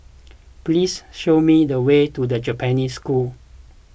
please show me the way to the Japanese School